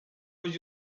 would